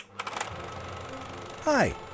Hi